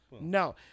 No